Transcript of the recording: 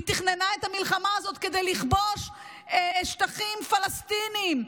היא תכננה את המלחמה הזאת כדי לכבוש שטחים פלסטיניים.